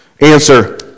Answer